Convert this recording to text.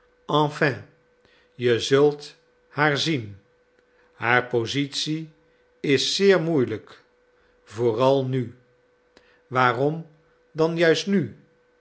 je zult haar zien haar positie is zeer moeielijk vooral nu waarom dan juist nu